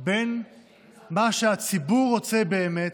בין מה שהציבור רוצה באמת,